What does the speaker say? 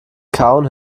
kauen